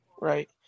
Right